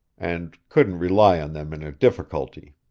and couldn't rely on them in a difficulty.